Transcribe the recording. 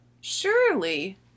Surely